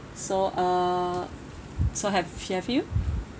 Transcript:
so uh so have have you